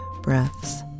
breaths